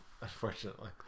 Unfortunately